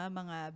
mga